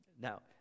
Now